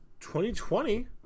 2020